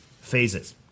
phases